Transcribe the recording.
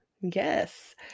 Yes